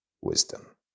Wisdom